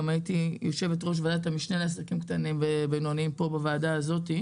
הייתי יושבת-ראש ועדת המשנה לעסקים קטנים ובינוניים פה בוועדה הזאת,